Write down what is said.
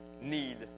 need